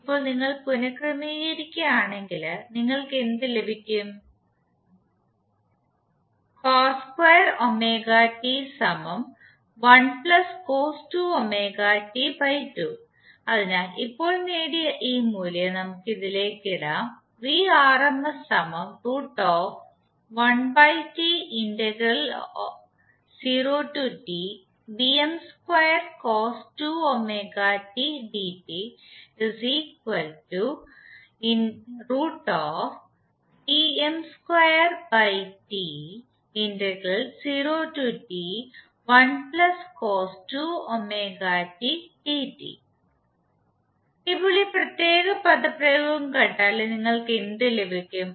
ഇപ്പോൾ നിങ്ങൾ പുനർക്രമീകരിക്കുകയാണെങ്കിൽ നിങ്ങൾക്ക് എന്ത് ലഭിക്കും അതിനാൽ ഇപ്പോൾ നേടിയ ഈ മൂല്യം നമ്മുക് ഇതിലേക്ക് ഇടാം ഇപ്പോൾ ഈ പ്രത്യേക പദപ്രയോഗം കണ്ടാൽ നിങ്ങൾക്ക് എന്ത് ലഭിക്കും